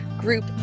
group